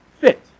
fit